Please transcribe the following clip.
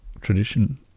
tradition